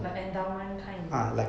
like endowment kind is it